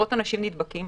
עשרות אנשים נדבקים.